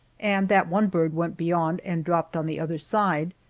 and that one bird went beyond and dropped on the other side,